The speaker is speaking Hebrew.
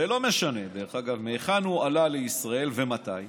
לא משנה מהיכן הוא עלה לישראל ומתי,